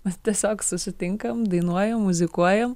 mes tiesiog susitinkam dainuojam muzikuojam